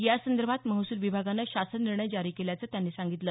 यासंभात महसूल विभागानं शासन निर्णय जारी केल्याचं त्यांनी सांगितलं